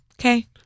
Okay